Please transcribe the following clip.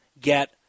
get